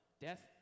death